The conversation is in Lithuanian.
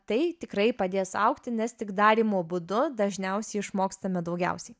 tai tikrai padės augti nes tik darymo būdu dažniausiai išmokstame daugiausiai